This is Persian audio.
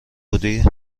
بودی